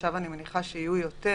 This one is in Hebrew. שעכשיו אני מניחה שיהיו יותר.